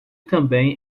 também